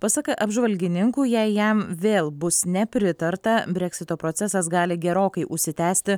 pasak apžvalgininkų jei jam vėl bus nepritarta breksito procesas gali gerokai užsitęsti